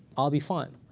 i'll be fine.